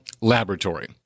Laboratory